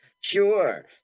Sure